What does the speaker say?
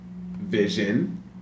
vision